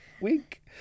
Wink